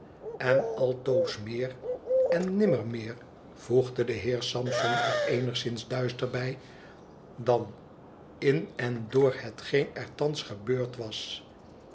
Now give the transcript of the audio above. en altoos meer en nimmer meer voegde de heer sampson er eenigszins duister bij dan in en door hetgeen er thans gebeurd was